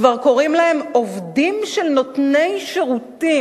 כבר קוראים להם "עובדים של נותני שירותים".